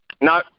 No